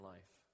Life